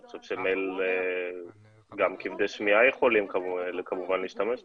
אני חושב שבמייל גם כבדי שמיעה יכולים להשתמש בו.